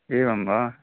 एवं वा